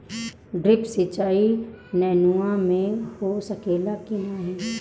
Drip सिंचाई नेनुआ में हो सकेला की नाही?